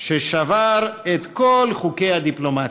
ששבר את כל חוקי הדיפלומטיה.